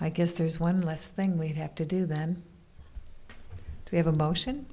i guess there's one less thing we'd have to do than to have emotion